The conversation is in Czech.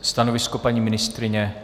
Stanovisko paní ministryně?